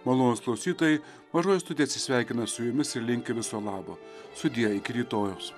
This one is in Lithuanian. malonūs klausytojai mažoji studija atsisveikina su jumis ir linki viso labo sudie iki rytojaus